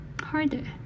harder